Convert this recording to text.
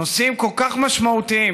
נושאים כל כך משמעותיים,